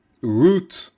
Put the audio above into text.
root